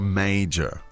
major